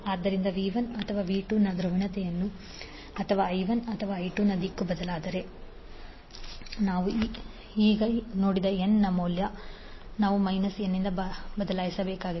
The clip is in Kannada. ಆದ್ದರಿಂದ V1ಅಥವಾ V2 ನ ಧ್ರುವೀಯತೆ ಅಥವಾ I1ಅಥವಾ I2 ನ ದಿಕ್ಕು ಬದಲಾದರೆ ನಾವು ಈಗ ನೋಡಿದ n ನ ಮೌಲ್ಯ ನಾವು n ನಿಂದ ಬದಲಾಯಿಸಬೇಕಾಗಿದೆ